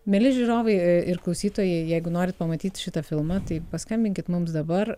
mieli žiūrovai ee ir klausytojai jeigu norit pamatyt šitą filmą tai paskambinkit mums dabar